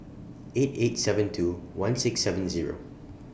eight eight seven two one six seven Zero